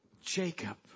Jacob